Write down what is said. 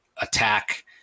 attack